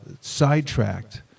sidetracked